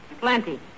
Plenty